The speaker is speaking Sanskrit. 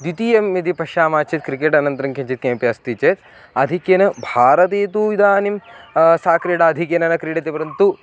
द्वितीयं यदि पश्यामः चेत् क्रिकेट् अनन्तरं किञ्चित् किमपि अस्ति चेत् अधिक्येन भारते तु इदानीं सा क्रीडा आधिक्येन न क्रीड्यते परन्तु